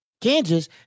Kansas